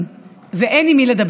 ולמה?